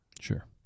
Sure